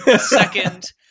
Second